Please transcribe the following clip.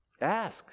Ask